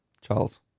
Charles